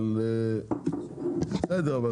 אבל בסדר.